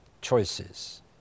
choices